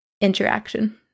interaction